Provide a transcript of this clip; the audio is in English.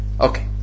Okay